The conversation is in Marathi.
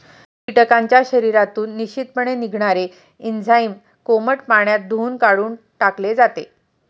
कीटकांच्या शरीरातून निश्चितपणे निघणारे एन्झाईम कोमट पाण्यात धुऊन काढून टाकले जाते